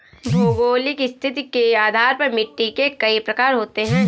भौगोलिक स्थिति के आधार पर मिट्टी के कई प्रकार होते हैं